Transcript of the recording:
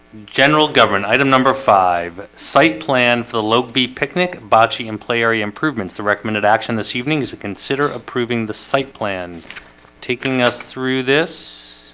general government item number five site plan for the low b picnic bocce and play area improvements the recommended action this evening is consider approving the site plans taking us through this